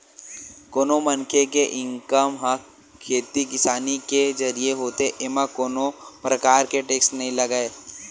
कोनो मनखे के इनकम ह खेती किसानी के जरिए होथे एमा कोनो परकार के टेक्स नइ लगय